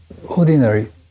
Ordinary